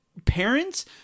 parents